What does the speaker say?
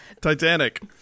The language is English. Titanic